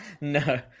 No